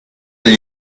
gli